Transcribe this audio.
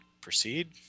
proceed